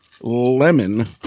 lemon